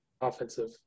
offensive